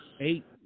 Eight